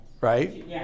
right